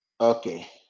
Okay